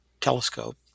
telescope